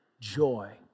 joy